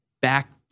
back